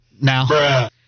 Now